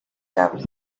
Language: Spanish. cable